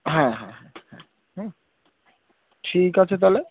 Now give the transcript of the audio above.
হ্যাঁ হ্যাঁ হ্যাঁ হ্যাঁ হুম ঠিক আছে তালে